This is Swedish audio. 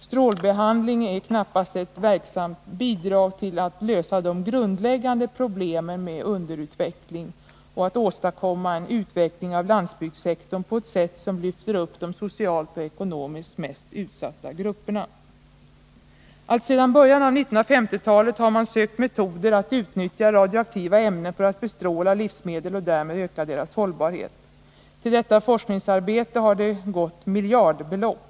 Strålbehandling är knappast ett verksamt bidrag till att lösa de grundläggande problemen med underutveckling och åstadkomma en utveckling av landsbygdssektorn på ett sätt som lyfter upp de socialt och ekonomiskt mest utsatta grupperna. Alltsedan början av 1950-talet har man sökt metoder att utnyttja radioaktiva ämnen för att bestråla livsmedel och därmed öka deras hållbarhet. Till detta forskningsarbete har det åtgått miljardbelopp.